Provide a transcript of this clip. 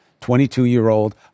22-year-old